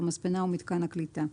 המספנה או מיתקן הקליטה.